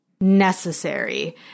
necessary